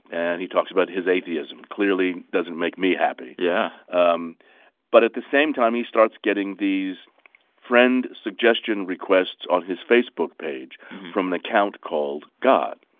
and he talks about his atheism clearly doesn't make me happy yeah um but at the same time, he starts getting these friend suggestion requests on his facebook page from an account called god